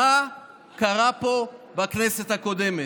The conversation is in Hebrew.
מה קרה פה בכנסת הקודמת,